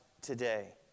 today